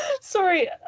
Sorry